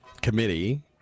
committee